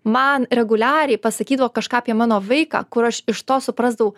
man reguliariai pasakydavo kažką apie mano vaiką kur aš iš to suprasdavau